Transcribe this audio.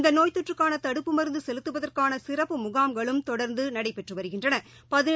இந்தநோய் தொற்றுக்கானதடுப்பு மருந்துசெலுத்துவதற்கானசிறப்பு முகாம்களும் தொடர்ந்தநடைபெற்றுவருகின்றன